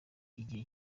igihe